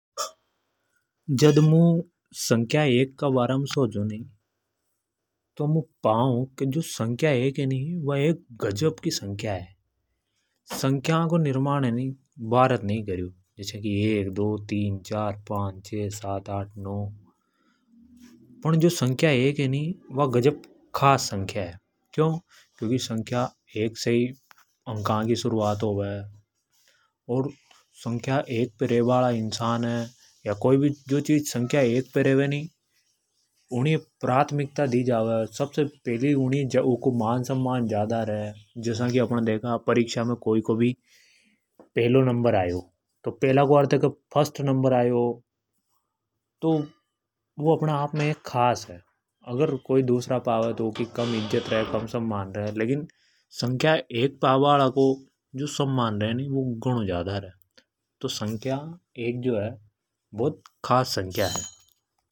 जद मुं ﻿संख्या एक का बारा में सोचु तो मुं पाउ। की जो संख्या है कि नि वा एक गजब की संख्या है। संख्या को निर्माण है नि भारत ने ही करयो। जस्या एक दो तीन चार पांच छ: सात आठ नौ फन जो संख्या एक है जो है नि वा बहुत खास संख्या है। एक गजब की संख्या। क्योंकि संख्या एक से ही अंका की शुरुआत होवे अर संख्या एक पर रेबा वाला इंसान है या कोई भी जो चीज संख्या एक पर रेवे नि उनी ये प्राथमिकता दी जावे सबसे पहले। उन्हीं लोगों को मान सम्मान ज्यादा रेवे। जैसा कि आपने देखा परीक्षा में कोई को भी पहलो नंबर आवे तो पहला को अर्थ है की फर्स्ट नंबर आयो तो वु अपने आप में खास है। अगर कोई दूसरा पे आवे तो उकी कम इज्जत रेवे। कम सम्मान रे लेकिन संख्या एक पे आबा हाला को जो सम्मान रे नि वु घनो ज्यादा रे। तो संख्या एक जो है बहुत खास संख्या है।